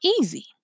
easy